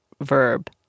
verb –